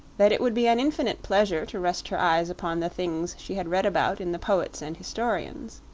that it would be an infinite pleasure to rest her eyes upon the things she had read about in the poets and historians.